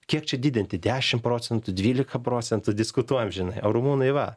kiek čia didinti dešimt procentų dvylika procentų diskutuojam žinai o rumunai va